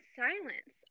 silence